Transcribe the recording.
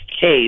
case